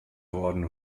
worden